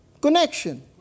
connection